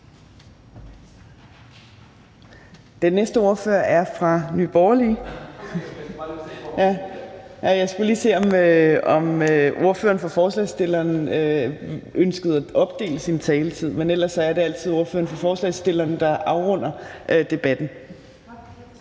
Den næste ordfører er fra Nye Borgerlige. Jeg skulle lige se, om ordføreren for forslagsstillerne ønskede at opdele sin taletid. Men ellers er det altid ordføreren for forslagsstillerne, der afrunder debatten.